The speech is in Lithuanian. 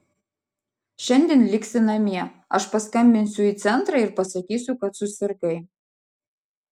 šiandien liksi namie aš paskambinsiu į centrą ir pasakysiu kad susirgai